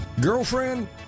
Girlfriend